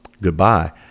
Goodbye